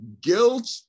Guilt